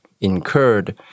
incurred